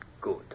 Good